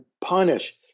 punish